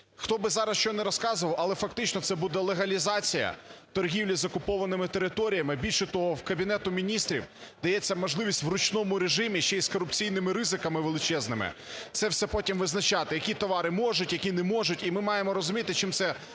хто би зараз що не розказував, але фактично це буде легалізація торгівлі з окупованими територіями. Більше того, Кабінету Міністрів дається можливість в ручному режимі, ще й з корупційними ризиками величезними це все потім визначати: які товари можуть, які не можуть. І ми маємо розуміти, чим це,